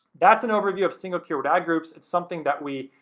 that's an overview of single keyword ad groups. it's something that we